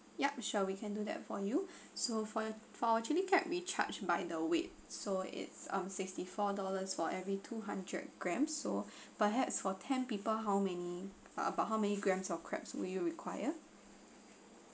yup sure we can do that for you so for your for chilli crab we charge by the weight so it's err sixty four dollars for every two hundred grams so perhaps for ten people how many a~ about how many grams or crabs would you require